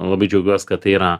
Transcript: labai džiaugiuos kad tai yra